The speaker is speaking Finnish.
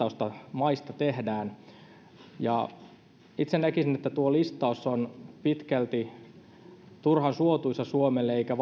maista tehdään itse näkisin että tuo listaus on pitkälti turhan suotuisa suomelle eikä